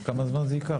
כמה זמן זה ייקח?